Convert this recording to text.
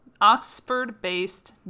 Oxford-based